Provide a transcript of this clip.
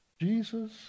Jesus